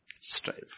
Strive